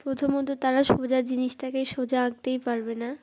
প্রথমত তারা সোজা জিনিসটাকেই সোজা আঁকতেই পারবে না